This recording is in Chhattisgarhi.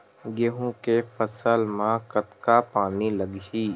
गेहूं के फसल म कतका पानी लगही?